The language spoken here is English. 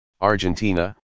Argentina